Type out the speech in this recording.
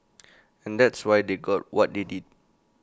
and that's why they got what they did